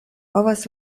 povas